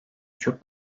çok